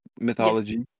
mythology